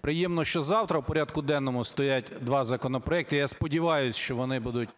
приємно, що завтра в порядку денному стоять два законопроекти, і я сподіваюся, що вони будуть